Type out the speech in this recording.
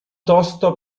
tosto